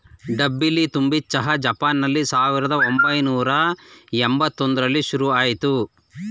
ಡಬ್ಬಿಲಿ ತುಂಬಿದ್ ಚಹಾ ಜಪಾನ್ನಲ್ಲಿ ಸಾವಿರ್ದ ಒಂಬೈನೂರ ಯಂಬತ್ ಒಂದ್ರಲ್ಲಿ ಶುರುಆಯ್ತು